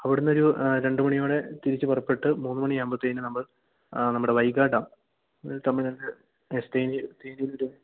അവിടെന്ന് ഒരു രണ്ട് മണിയോടെ തിരിച്ച് പുറപ്പെട്ട് മൂന്ന് മണിയാകുമ്പോഴ്ത്തേന് നമ്മൾ നമ്മുടെ വൈഗാ ഡാം തമിഴ്നാടിന്റെ എസ് തേനി തേനീൽ ഒരു